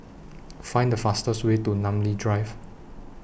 Find The fastest Way to Namly Drive